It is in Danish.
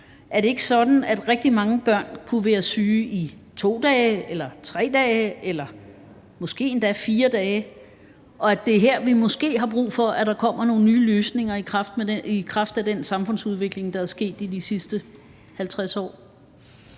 Er det ikke sådan, at rigtig mange børn kunne være syge i 2 dage eller 3 dage eller måske endda 4 dage, og at det måske er her, hvor vi har brug for, at der kommer nogle nye løsninger i kraft af den samfundsudvikling, der er sket i de sidste 50 år?